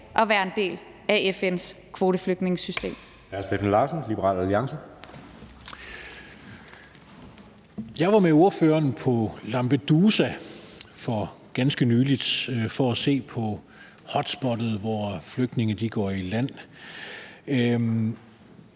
Alliance. Kl. 10:29 Steffen Larsen (LA): Jeg var med ordføreren på Lampedusa for ganske nylig for at se på hotspottet, hvor flygtninge går i land.